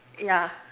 yeah